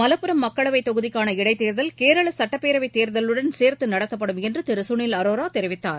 மலப்புரம் மக்களவைத் தொகுதிக்காள இடைத் தேர்தல் கேரளசட்டப்பேரவைத் தேர்தலுடன் சேர்த்துநடத்தப்படும் என்றுதிருகனில் அரோராதெரிவித்தார்